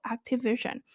Activision